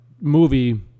movie